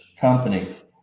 company